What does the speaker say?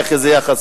שתדייק.